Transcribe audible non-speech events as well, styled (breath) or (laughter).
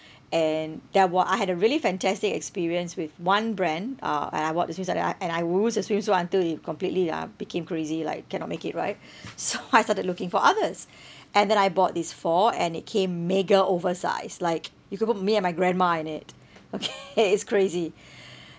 and there were I had a really fantastic experience with one brand uh and I bought this swimsuit and I wore the swimsuit until it completely ah became crazy like cannot make it right so (laughs) I started looking for others and then I bought these four and it came mega oversized like you could put me and my grandma in it okay (laughs) it's crazy (breath)